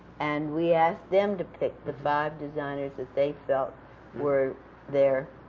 and we asked them to pick the five designers that they felt were their